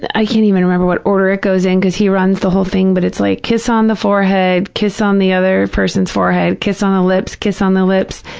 i can't even remember what order it goes in because he runs the whole thing, but it's like kiss on the forehead, kiss on the other person's forehead, kiss on the lips, kiss on the lips.